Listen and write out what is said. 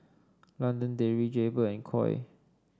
London Dairy Jaybird and Koi